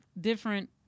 different